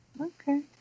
Okay